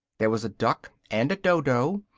there was a duck and a dodo,